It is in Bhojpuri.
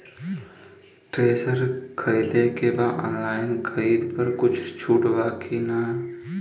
थ्रेसर खरीदे के बा ऑनलाइन खरीद पर कुछ छूट बा कि न?